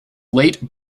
late